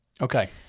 Okay